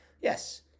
yes